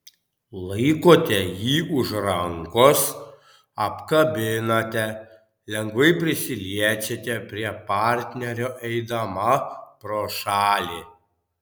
laikote jį už rankos apkabinate lengvai prisiliečiate prie partnerio eidama pro šalį